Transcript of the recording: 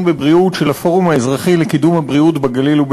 בבריאות של הפורום האזרחי לקידום הבריאות בגליל.